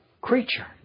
creature